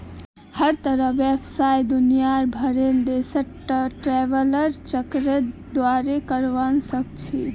हर तरहर व्यवसाय दुनियार भरेर देशत ट्रैवलर चेकेर द्वारे करवा सख छि